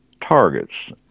targets